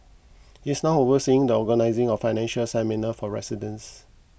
he is now overseeing the organising of financial seminars for residents